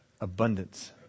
abundance